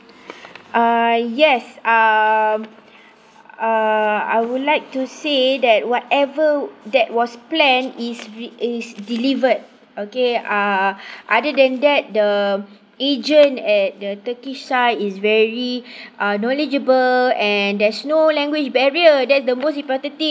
uh yes um uh I would like to say that whatever that was planned is is delivered okay uh other than that the agent at the turkey side is very uh knowledgeable and there's no language barrier that's the most important thing